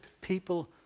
people